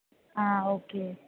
ആ ഓക്കെ